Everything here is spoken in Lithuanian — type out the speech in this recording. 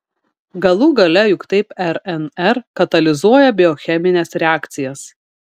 galų gale juk taip rnr katalizuoja biochemines reakcijas